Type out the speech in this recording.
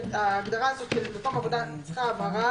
ההגדרה הזאת של מקום עבודה צריכה הבהרה.